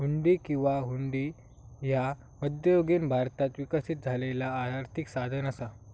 हुंडी किंवा हुंडी ह्या मध्ययुगीन भारतात विकसित झालेला आर्थिक साधन असा